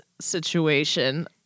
situation